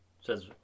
Says